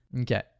Okay